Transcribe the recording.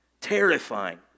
Terrifying